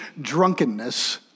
drunkenness